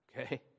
Okay